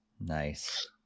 Nice